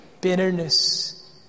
bitterness